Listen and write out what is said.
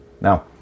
Now